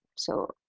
so,